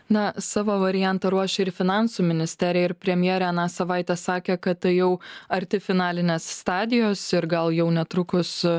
na savo variantą ruošia ir finansų ministerija ir premjerė aną savaitę sakė kad tai jau arti finalinės stadijos ir gal jau netrukus